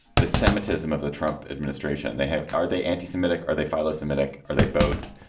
the semitism of the trump administration. they have. are they anti-semitic? are they follow semitic? are they both?